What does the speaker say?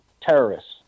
terrorists